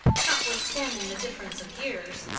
notwithstanding the difference of years.